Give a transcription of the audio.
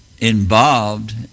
Involved